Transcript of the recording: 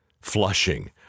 Flushing